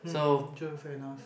hmm true fair enough